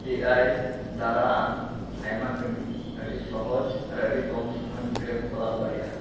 ᱮ ᱟᱭ ᱫᱟᱨᱟ ᱟᱢ ᱟᱭᱢᱟ ᱠᱟᱹᱢᱤ ᱟᱹᱰᱤ ᱥᱚᱦᱚᱡᱽ ᱟᱨ ᱟᱹᱰᱤ ᱠᱚᱢ ᱥᱚᱢᱚᱭ ᱵᱷᱤᱛᱨᱤᱨᱮᱢ ᱠᱚᱨᱟᱣ ᱫᱟᱲᱮᱭᱟᱜᱼᱟ